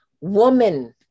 woman